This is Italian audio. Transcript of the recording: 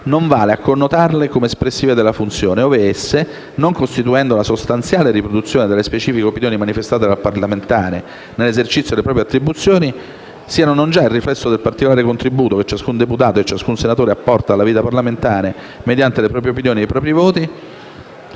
non vale a connotarle come espressive della funzione, ove esse, non costituendo la sostanziale riproduzione delle specifiche opinioni manifestate dal parlamentare nell'esercizio delle proprie attribuzioni, siano non già il riflesso del particolare contributo che ciascun deputato e ciascun senatore apporta alla vita parlamentare mediante le proprie opinioni e i propri voti